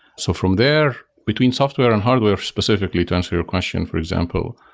so from there, between software and hardware, specifically transfer your question, for example,